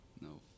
no